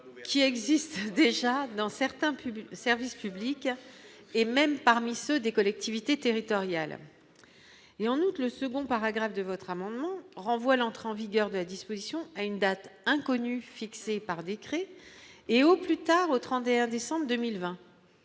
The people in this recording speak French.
qui existe déjà dans certains plus de service public et même parmi ceux des collectivités territoriales et en août, le second paragraphe de votre amendement renvoie l'entrée en vigueur de la disposition à une date inconnue fixé par décret et au plus tard au 31 décembre 2020,